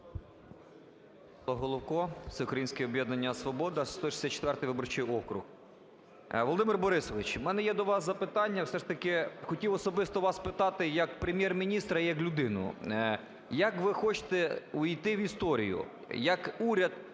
Володимир Борисович, у мене є до вас запитання. Все ж таки хотів особисто вас спитати як Прем’єр-міністра, як людину. Як ви хочете ввійти в історію: як уряд